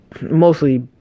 mostly